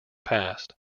past